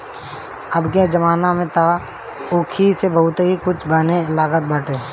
अबके जमाना में तअ ऊखी से बहुते कुछ बने लागल बाटे